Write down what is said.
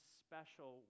special